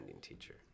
teacher